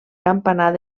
campanar